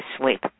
sleep